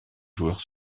joueur